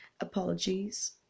Apologies